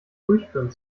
durchführen